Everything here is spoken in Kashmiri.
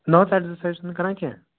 نہَ حظ ایٚکزَرسایِز چھِنہٕ کران کیٚنٛہہ